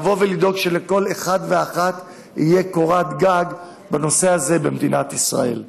לבוא ולדאוג שלכל אחד ואחת תהיה קורת גג במדינת ישראל.